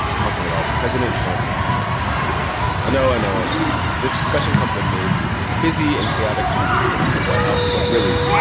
talking about president trump and racism. i know. i know. i know. i know. this discussion comes amid a busy and chaotic few weeks for the trump white house. but really,